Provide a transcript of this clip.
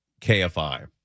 KFI